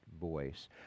voice